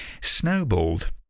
snowballed